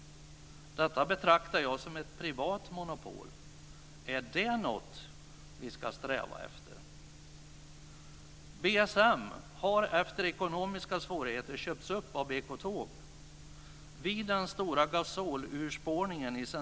Detta betraktar jag som ett privat monopol. Är det något vi ska sträva efter?